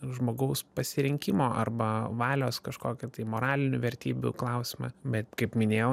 žmogaus pasirinkimo arba valios kažkokią tai moralinių vertybių klausimą bet kaip minėjau